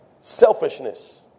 selfishness